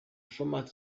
format